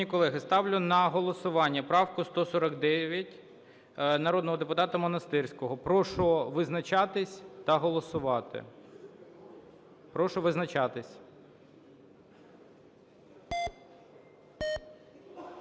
Шановні колеги, ставлю на голосування правку 149 народного депутата Монастирського. Прошу визначатись та голосувати. Прошу визначатись.